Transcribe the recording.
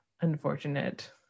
unfortunate